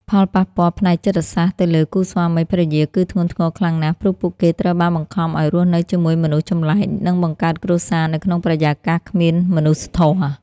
ផលប៉ះពាល់ផ្នែកចិត្តសាស្ត្រទៅលើគូស្វាមីភរិយាគឺធ្ងន់ធ្ងរខ្លាំងណាស់ ព្រោះពួកគេត្រូវបានបង្ខំឱ្យរស់នៅជាមួយមនុស្សចម្លែកនិងបង្កើតគ្រួសារនៅក្នុងបរិយាកាសគ្មានមនុស្សធម៌។